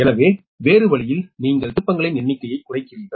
எனவே வேறு வழியில் நீங்கள் திருப்பங்களின் எண்ணிக்கையை குறைக்கிறீர்கள்